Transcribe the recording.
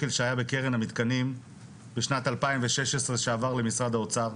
שהיה בקרן המתקנים בשנת 2016 שעבר למשרד האוצר,